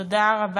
תודה רבה.